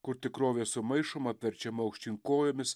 kur tikrovė sumaišoma apverčiama aukštyn kojomis